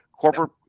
Corporate